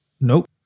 Nope